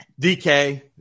DK